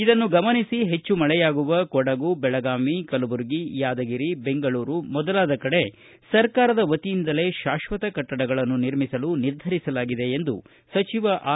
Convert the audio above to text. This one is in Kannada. ಇದನ್ನು ಗಮನಿಸಿ ಹೆಚ್ಚು ಮಳೆಯಾಗುವ ಕೊಡಗು ಬೆಳಗಾವಿ ಕಲಬುರಗಿ ಯಾದಗಿರಿ ಬೆಂಗಳೂರು ಮೊದಲಾದ ಕಡೆ ಸರ್ಕಾರದ ವತಿಯಿಂದಲೇ ಶಾಕ್ವತ ಕಟ್ಟಡಗಳನ್ನು ನಿರ್ಮಿಸಲು ನಿರ್ಧರಿಸಲಾಗಿದೆ ಎಂದು ಸಚಿವ ಆರ್